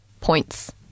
points